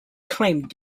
claimed